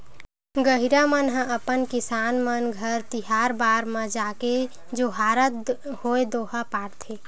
गहिरा मन ह अपन किसान मन घर तिहार बार म जाके जोहारत होय दोहा पारथे